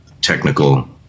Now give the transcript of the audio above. technical